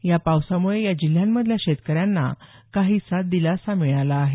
या पावसामुळे या जिल्ह्यांमधल्या शेतकऱ्यांना काहीसा दिलासा मिळाला आहे